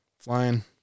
Flying